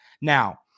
Now